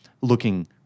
looking